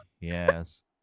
Yes